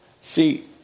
See